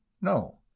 No